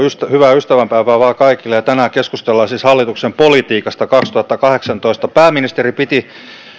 hyvää ystävänpäivää vaan kaikille tänään keskustellaan siis hallituksen politiikasta kaksituhattakahdeksantoista pääministeri piti